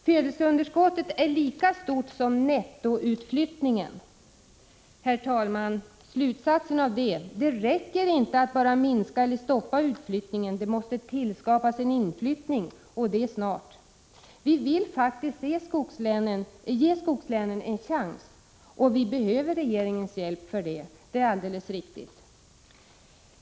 Födelseunderskottet är lika stort som nettoutflyttningen. Herr talman! Slutsatsen blir: Det räcker inte att bara minska eller stoppa utflyttningen, det måste också bli en inflyttning, och det snart. Vi vill faktiskt ge skogslänen en chans, och det är alldeles riktigt att vi behöver regeringens hjälp för det.